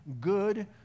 good